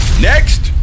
next